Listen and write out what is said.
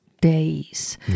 days